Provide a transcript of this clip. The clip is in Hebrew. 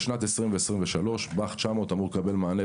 בשנת 2023 בא"ח 900 אמור לקבל מענה